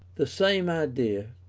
the same idea,